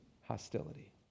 hostility